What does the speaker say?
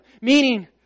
meaning